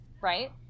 right